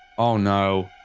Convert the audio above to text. oh no